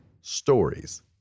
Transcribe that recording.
stories